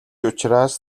учраас